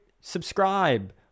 subscribe